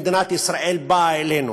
מדינת ישראל באה אלינו.